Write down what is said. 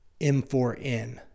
M4N